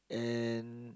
and